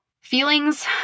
Feelings